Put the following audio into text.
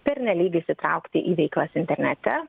pernelyg įsitraukti į veiklas internete